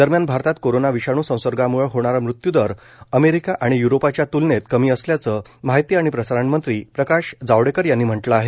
दरम्यान भारतात कोरोना विषाणू संसर्गाम्के होणारा मृत्यूदर अमेरिका आणि युरोपाच्या तुलनेत कमी असल्याचं माहिती आणि प्रसारण मंत्री प्रकाश जावडेकर यांनी म्हटलं आहे